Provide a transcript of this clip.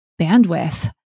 bandwidth